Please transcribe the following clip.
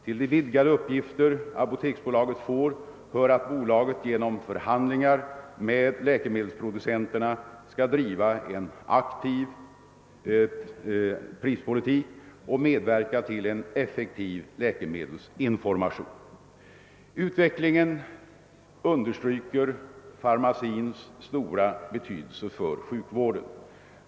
Till de vidgade uppgifter apoteksbolaget får hör att bolaget genom förhandlingar med läkemedelsproducenterna skall driva en aktiv prispolitik och medverka till en effektiv läkemedelsinformation. Utvecklingen understryker farmacins stora betydelse för sjukvården.